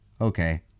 okay